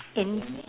in